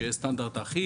שיהיה סטנדרט אחיד?